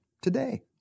today